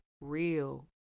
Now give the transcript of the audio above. real